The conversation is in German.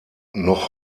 noch